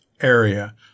area